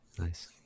nice